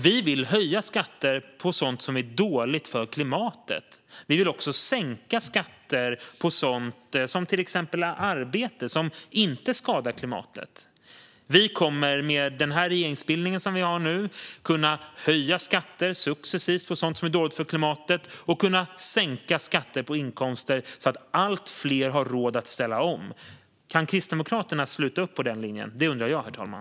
Vi vill höja skatter på sådant som är dåligt för klimatet, men vi vill också sänka skatter på sådant som till exempel arbete, som inte skadar klimatet. Med den regeringskonstellation vi nu har kommer vi att successivt kunna höja skatter på sådant som är dåligt för klimatet och sänka skatter på inkomster, så att fler har råd att ställa om. Kan Kristdemokraterna sluta upp bakom den linjen? Det undrar jag, herr talman.